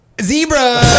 Zebra